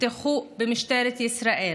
נפתחו במשטרת ישראל,